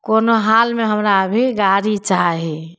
कोनो हालमे हमरा अभी गाड़ी चाही